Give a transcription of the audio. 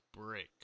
break